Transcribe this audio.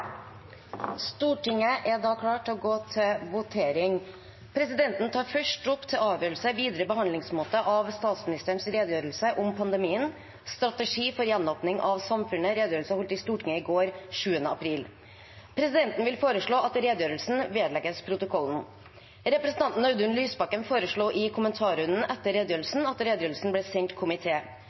Stortinget er klar til å gå til votering. Presidenten tar først opp til avgjørelse videre behandlingsmåte av statsministerens redegjørelse om pandemien – strategi for gjenåpning av samfunnet – redegjørelse holdt i Stortinget i går, 7. april. Presidenten vil foreslå at redegjørelsen vedlegges protokollen. Representanten Audun Lysbakken foreslo i kommentarrunden etter redegjørelsen at redegjørelsen blir sendt